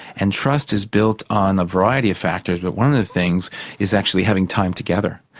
and trust is built on a variety of factors, but one of the things is actually having time together.